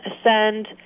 ascend